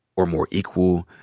or more equal,